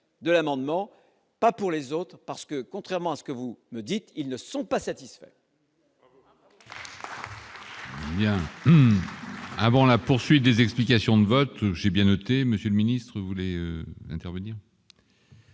de l'amendement, pas pour les autres, parce que contrairement à ce que vous me dites : ils ne sont pas satisfaits.